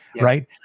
right